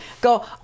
go